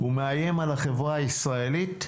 הוא מאיים על החברה הישראלית,